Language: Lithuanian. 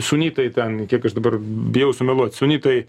sunitai ten kiek aš dabar bijau sumeluot sunitai